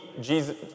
Jesus